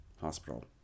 hospital